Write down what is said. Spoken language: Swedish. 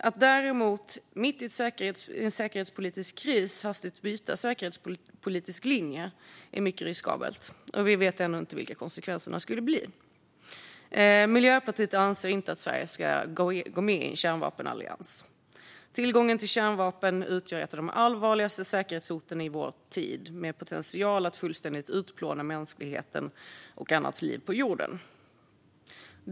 Att däremot mitt i en säkerhetspolitisk kris hastigt byta säkerhetspolitisk linje är mycket riskabelt, och vi vet ännu inte vilka konsekvenserna skulle bli. Miljöpartiet anser inte att Sverige ska gå med i en kärnvapenallians. Tillgången till kärnvapen utgör ett av de allvarligaste säkerhetshoten i vår tid, med potential att fullständigt utplåna mänskligheten och annat liv på jorden.